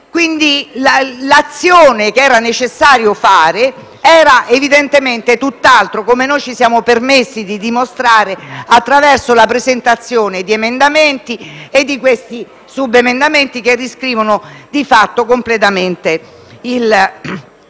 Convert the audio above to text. quindi, l'azione che era necessario fare era evidentemente tutt'altra, come ci siamo permessi di dimostrare attraverso la presentazione di emendamenti e di subemendamenti che di fatto riscrivono completamente